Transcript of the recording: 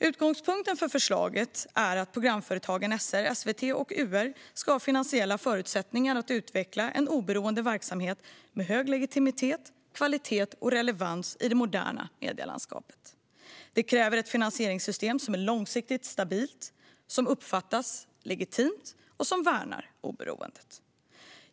Utgångspunkten för förslaget är att programföretagen SR, SVT och UR ska ha finansiella förutsättningar att utveckla en oberoende verksamhet med hög legitimitet, kvalitet och relevans i det moderna medielandskapet. Det kräver ett finansieringssystem som är långsiktigt stabilt, som uppfattas som legitimt och som värnar oberoendet.